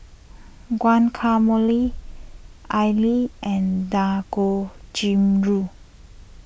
Guacamole Idili and Dangojiru